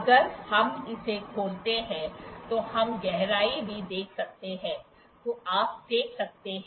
अगर हम इसे खोलते हैं तो हम गहराई भी देख सकते हैं जो आप देख सकते हैं